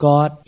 God